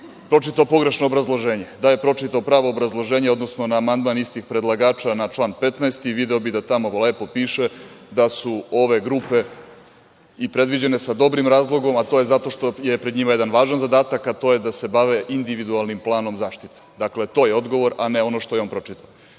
pročitao pogrešno obrazloženje. Da je pročitao pravo obrazloženje, odnosno na amandman istih predlagača na član 15, video bi da tamo lepo piše da su ove grupe i predviđene sa dobrim razlogom, a to je zato što je pred njima jedan važan zadatak, a to je da se bave individualnim planom zaštite. Dakle, to je odgovor, a ne ono što je on pročitao.